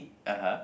(uh huh)